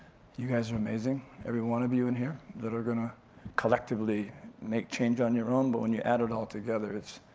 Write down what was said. you guys are amazing. everyone of you in here that are gonna collectively make change on your own, but when you add it all together,